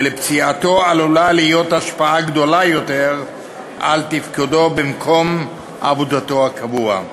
ולפציעתו עלולה להיות השפעה גדולה יותר על תפקודו במקום עבודתו הקבוע.